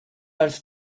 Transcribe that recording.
als